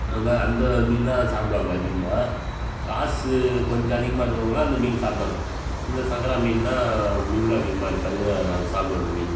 அதுதான் அந்த மீன் தான் சாப்பிடுவாங்க அதிகமாக காசு கொஞ்சம் அதிகமாக இருக்கறவங்கள்லாம் அந்த மீன் சாப்பிடுவாங்க இந்த சங்கரா மீன்னால் முள் அதிகமாக இருக்காது அது நாங்கள் சாப்பிடுவோம் அந்த மீன்